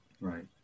Right